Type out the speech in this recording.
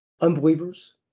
unbelievers